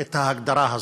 את ההגדרה הזאת,